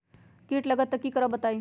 कीट लगत त क करब बताई?